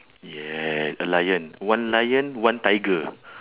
yeah a lion one lion one tiger